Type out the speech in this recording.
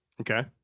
Okay